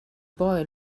boy